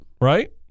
Right